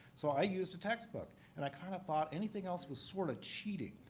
so i used a textbook. and i kind of thought anything else was sort of cheating,